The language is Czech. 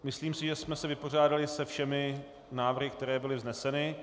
Myslím si, že jsme se vypořádali se všemi návrhy, které byly vzneseny.